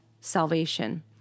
salvation